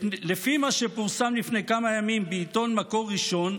לפי מה שפורסם לפני כמה ימים בעיתון מקור ראשון,